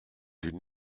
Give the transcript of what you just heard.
une